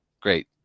great